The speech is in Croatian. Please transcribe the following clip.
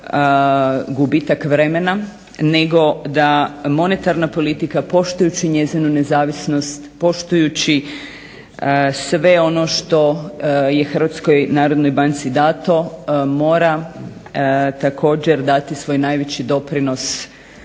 gubitak vremena, nego da monetarna politika poštujući njezinu nezavisnost, poštujući sve ono što je Hrvatskoj narodnoj banci dato mora također dati svoj najveći doprinos